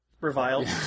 reviled